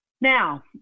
now